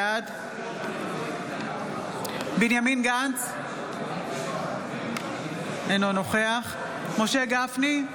בעד בנימין גנץ, אינו נוכח משה גפני,